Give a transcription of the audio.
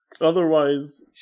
Otherwise